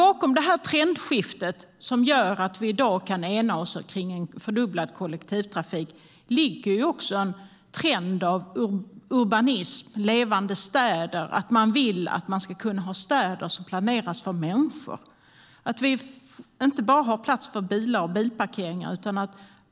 Bakom det här trendskiftet, som gör att vi i dag kan ena oss kring en fördubblad kollektivtrafik, ligger också en trend av urbanism och levande städer. Man vill kunna planera städer för människor, så att vi inte bara har plats för bilar och bilparkeringar.